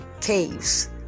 Caves